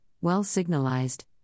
well-signalized